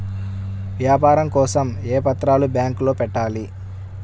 వ్యాపారం కోసం ఏ పత్రాలు బ్యాంక్లో పెట్టాలి?